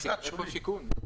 איפה שיכון?